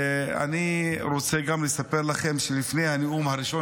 אני גם רוצה לספר לכם שלפני הנאום הראשון